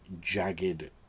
jagged